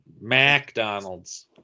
McDonald's